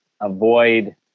avoid